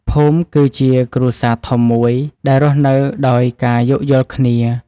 ភូមិគឺជាគ្រួសារធំមួយដែលរស់នៅដោយការយោគយល់គ្នា។